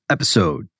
Episode